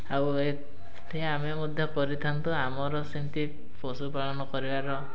ଆଉ ଏଠି ଆମେ ମଧ୍ୟ କରିଥାନ୍ତୁ ଆମର ସେମିତି ପଶୁପାଳନ କରିବାର